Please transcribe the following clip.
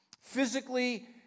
physically